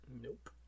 Nope